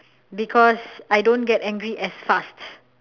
because I don't get angry as fast